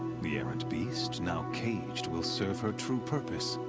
the errant beast, now caged will serve her true purpose.